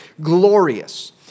glorious